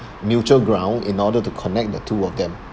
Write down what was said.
mutual ground in order to connect the two of them